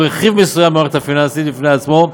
או של רכיב מסוים במערכת הפיננסית בפני עצמו,